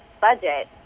budget